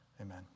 Amen